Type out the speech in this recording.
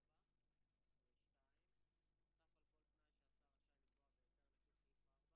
מה שצריך אנחנו נכניס פה כדי שנוכל להפעיל את החוק.